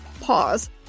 Pause